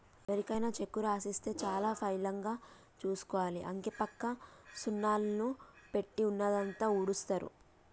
ఎవరికైనా చెక్కు రాసిస్తే చాలా పైలంగా చూసుకోవాలి, అంకెపక్క సున్నాలు పెట్టి ఉన్నదంతా ఊడుస్తరు